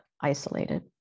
isolated